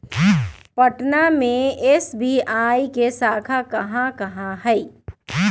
पटना में एस.बी.आई के शाखा कहाँ कहाँ हई